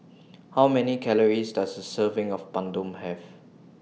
How Many Calories Does A Serving of Papadum Have